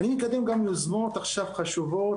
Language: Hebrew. אני מקדם גם יוזמות עכשיו חשובות,